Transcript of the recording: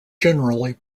generally